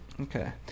Okay